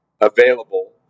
available